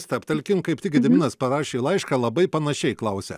stabtelkim kaip tik gediminas parašė laišką labai panašiai klausia